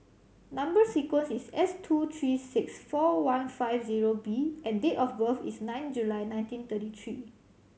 number sequence is S two three six four one five zero B and date of birth is nine July nineteen thirty three